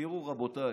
תראו, רבותיי,